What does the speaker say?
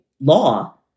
law